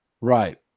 Right